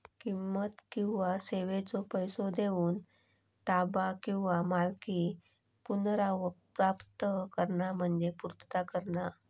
किंमत किंवा सेवेचो पैसो देऊन ताबा किंवा मालकी पुनर्प्राप्त करणा म्हणजे पूर्तता करणा